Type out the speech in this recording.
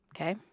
okay